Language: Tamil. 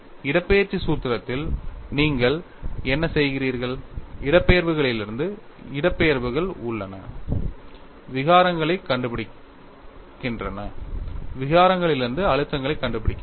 இடப்பெயர்ச்சி சூத்திரத்தில் நீங்கள் என்ன செய்கிறீர்கள் இடப்பெயர்வுகளிலிருந்து இடப்பெயர்வுகள் உள்ளன விகாரங்களைக் கண்டுபிடிக்கின்றன விகாரங்களிலிருந்து அழுத்தங்களைக் கண்டுபிடிக்கின்றன